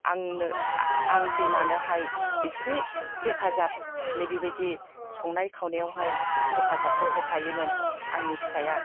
आंनो आं बिमानोहाय एसे हेफाजाब नैबिबायदि संनाय खावनायावहाय हेफाजाबखौ होफायोमोन आंनि फिसाया